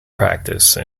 practice